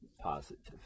positive